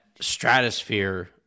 stratosphere